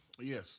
Yes